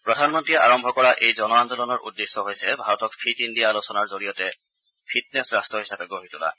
প্ৰধানমন্ত্ৰীয়ে আৰম্ভ কৰা এই জন আন্দোলনৰ উদ্দেশ্য হৈছে ভাৰতক ফিট ইণ্ডিয়া আলোচনাৰ জৰিয়তে ফিটনেছ ৰাট্ট হিচাপে গঢ়ি তোলা